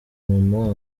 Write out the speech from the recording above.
mama